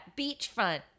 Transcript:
beachfront